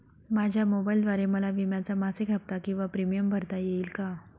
माझ्या मोबाईलद्वारे मला विम्याचा मासिक हफ्ता किंवा प्रीमियम भरता येईल का?